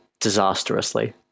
disastrously